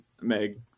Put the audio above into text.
Meg